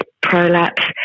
prolapse